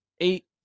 eight